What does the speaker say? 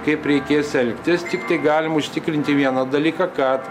kaip reikės elgtis tiktai galim užtikrinti vieną dalyką kad